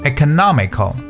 Economical